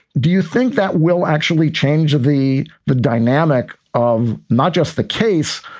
do you think that will actually change the the dynamic of not just the case,